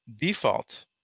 default